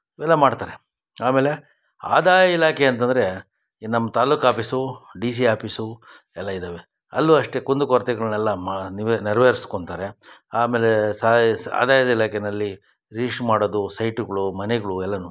ಇವೆಲ್ಲ ಮಾಡ್ತಾರೆ ಆಮೇಲೆ ಆದಾಯ ಇಲಾಖೆ ಅಂತಂದರೆ ಈ ನಮ್ಮ taluk office D C office ಎಲ್ಲ ಇದಾವೆ ಅಲ್ಲೂ ಅಷ್ಟೇ ಕುಂದು ಕೊರತೆಗಳ್ನೆಲ್ಲ ನೆರವೇರ್ಸ್ಕೊಂತಾರೆ ಆಮೇಲೆ ಸಾಯ್ ಆದಾಯದ ಇಲಾಖೆಯಲ್ಲಿ ರಿಜಿಶ್ಟ್ರು ಮಾಡೋದು ಸೈಟ್ಗಳು ಮನೆಗಳು ಎಲ್ಲಾನು